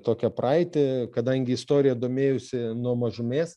tokią praeitį kadangi istorija domėjausi nuo mažumės